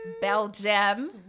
belgium